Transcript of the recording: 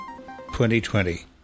2020